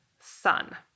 sun